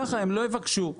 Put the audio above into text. ככה, הם לא יבקשו.